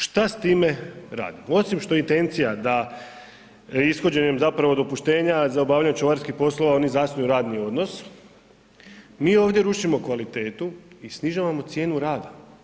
Šta s time radimo, osim što je intencija da ishođenjem zapravo dopuštenja za obavljanje čuvarskih poslova oni zasnuju radni odnos, mi ovdje rušimo kvalitetu i snižavamo cijenu rada.